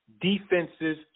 defenses